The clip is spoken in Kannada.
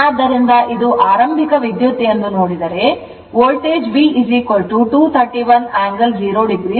ಆದ್ದರಿಂದ ಇದು ಆರಂಭಿಕ ವಿದ್ಯುತ್ ಎಂದು ನೋಡಿದರೆ ವೋಲ್ಟೇಜ್ V 231 angle 0o ಆಗಿದೆ